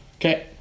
Okay